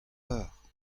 eur